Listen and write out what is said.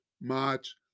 March